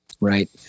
Right